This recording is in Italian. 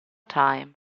time